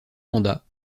mandats